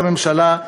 ראש הממשלה,